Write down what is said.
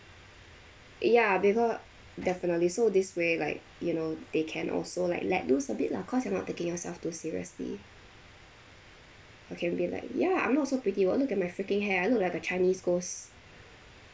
ya beca~ definitely so this way like you know they can also like let loose a bit lah cause you're not taking yourself too seriously or can be like yeah I'm not so pretty what look at my freaking hair I look like a chinese ghost